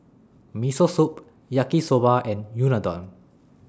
Miso Soup Yaki Soba and Unadon